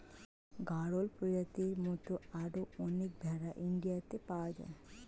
গাড়ল প্রজাতির মত আরো অনেক ভেড়া ইন্ডিয়াতে পাওয়া যায়